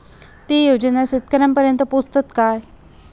ते योजना शेतकऱ्यानपर्यंत पोचतत काय?